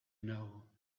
know